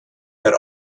der